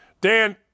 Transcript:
Dan